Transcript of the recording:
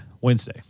Wednesday